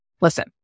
Listen